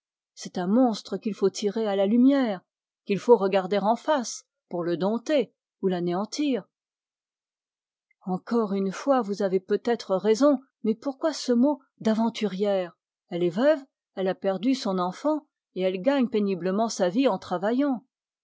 c'est un monstre qu'il faut tirer à la lumière pour le dompter ou l'anéantir encore une fois vous avez peut-être raison mais pourquoi ce mot d aventurière elle est veuve elle a perdu son enfant et elle gagne sa vie en